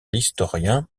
l’historien